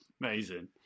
Amazing